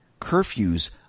curfews